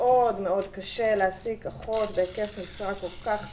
מאוד מאוד קשה להעסיק אחות בהיקף משרה כל כך קטן,